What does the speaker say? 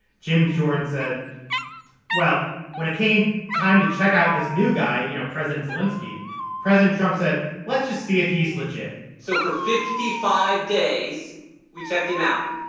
jim jordan said well when it came time to check out this new guy you know presence alinsky president trump said let's just see if he's legit so for fifty five days we checked him out.